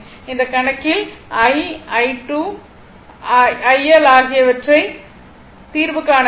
இந்த கணக்கில் I I2 IL ஆகியவற்றிற்கு தீர்வு காண வேண்டும்